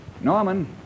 Norman